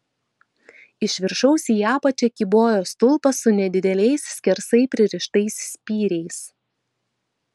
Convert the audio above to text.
iš viršaus į apačią kybojo stulpas su nedideliais skersai pririštais spyriais